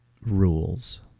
rules